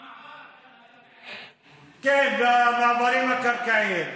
כן, והמעברים הקרקעיים.